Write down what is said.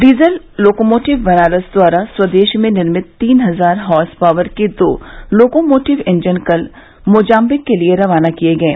diesel locomotive Banaras द्वारा स्वदेश में निर्मित तीन हजार हार्स पॉवर के दो लोकोमोटिव इंजन कल मोजाम्बिक के लिए रवाना किये गये